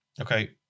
Okay